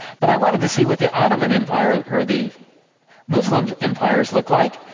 but i wanted to see what the ottoman empire, or the muslim empires look like.